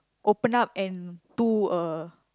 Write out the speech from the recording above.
open up and do a